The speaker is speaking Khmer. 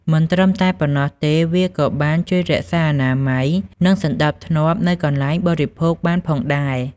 មិនត្រឹមតែប៉ុណ្ណោះទេ វាក៏បានជួយរក្សាអនាម័យ និងសណ្តាប់ធ្នាប់នៅកន្លែងបរិភោគបានផងដែរ ។